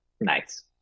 Nice